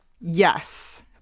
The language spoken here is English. yes